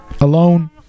alone